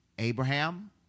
Abraham